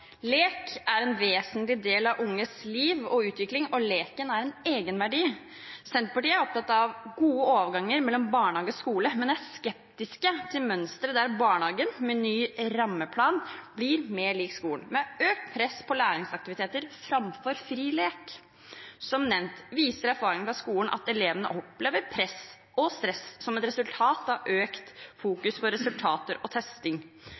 Lek er en vesentlig del av unges liv og utvikling, og leken har en egenverdi. Senterpartiet er opptatt av gode overganger mellom barnehage og skole, men er skeptiske til mønsteret der barnehagen med ny rammeplan blir mer lik skolen, med økt press på læringsaktiviteter framfor fri lek. Som nevnt viser erfaringen fra skolen at elevene opplever press og stress som et resultat av økt fokus på resultater og testing.